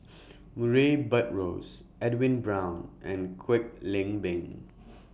Murray Buttrose Edwin Brown and Kwek Leng Beng